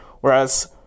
whereas